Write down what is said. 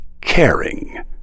caring